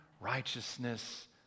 righteousness